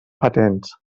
patents